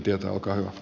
ministeri lähti